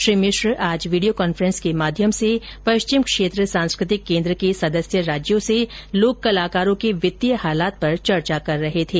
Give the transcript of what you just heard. श्री मिश्र आज video conference के माध्यम पश्चिम क्षेत्र सांस्कृतिक केन्द्र के सदस्य राज्यों से लोक कलाकारों के वित्तीय हालात पर चर्चा कर रहे थे